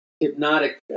hypnotic